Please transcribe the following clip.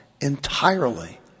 entirely